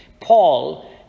Paul